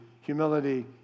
humility